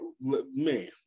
Man